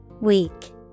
Weak